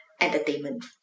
entertainment